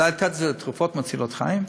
אולי לתת את זה לתרופות מצילות חיים?